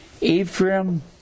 Ephraim